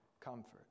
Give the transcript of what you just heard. comfort